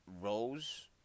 Rose